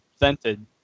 presented